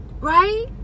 right